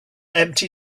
empty